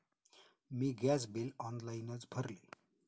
मी gas bill ऑनलाइनच भरले